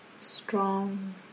strong